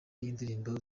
y’indirimbo